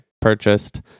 purchased